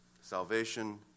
Salvation